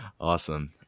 Awesome